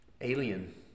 alien